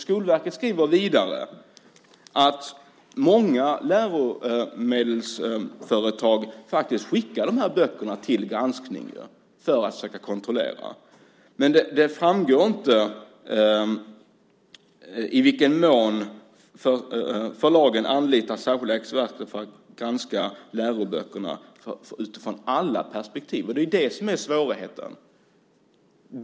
Skolverket skriver vidare att många läromedelsföretag faktiskt skickar böckerna till granskning, men det framgår inte i vilken mån förlagen anlitar särskilda experter för att granska läroböckerna utifrån alla perspektiv. Det är det som är svårigheten.